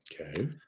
Okay